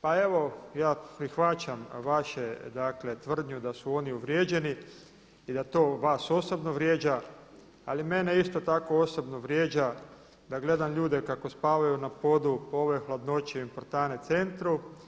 Pa evo ja prihvaćam vašu dakle tvrdnju da su oni uvrijeđeni i da vas to osobno vrijeđa ali mene isto tako osobno vrijeđa da gledam ljude kako spavaju na podu po ovoj hladnoći u Importanne centru.